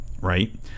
right